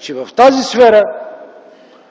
че в тази сфера